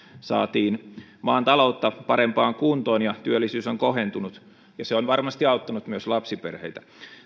saatiin maan taloutta parempaan kuntoon ja työllisyys on kohentunut ja se on varmasti auttanut myös lapsiperheitä